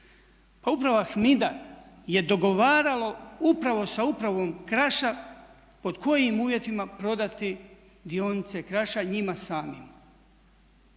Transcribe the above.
uprava HMID-a je dogovarala upravo sa upravom Kraša pod kojim uvjetima prodati dionice Kraša njima samima.